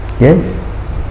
Yes